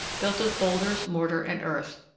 built of boulders, mortar, and earth,